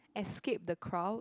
escape the crowd